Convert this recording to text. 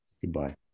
Goodbye